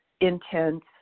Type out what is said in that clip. intense